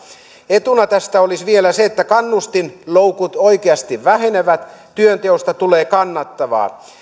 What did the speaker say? etuna tästä olisi vielä se että kannustinloukut oikeasti vähenevät työnteosta tulee kannattavaa